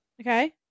okay